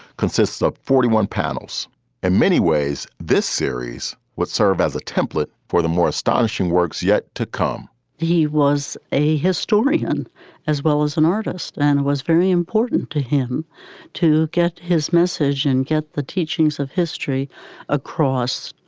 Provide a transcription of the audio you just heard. consists of forty one panels in many ways. this series would serve as a template for the more astonishing works yet to come he was a historian as well as an artist and was very important to him to get his message and get the teachings of history across.